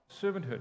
servanthood